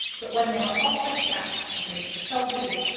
but when they were offered plaques from british soldiers,